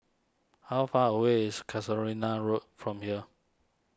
how far away is Casuarina Road from here